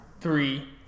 three